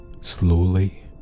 slowly